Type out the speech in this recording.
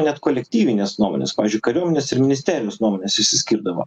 net kolektyvinės nuomonės pavyzdžiui kariuomenės ir ministerijos nuomonės išsiskirdavo